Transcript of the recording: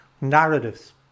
narratives